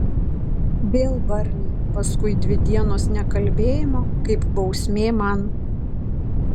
vėl barniai paskui dvi dienos nekalbėjimo kaip bausmė man